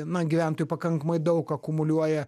na gyventojai pakankamai daug akumuliuoja